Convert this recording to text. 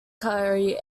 career